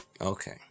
okay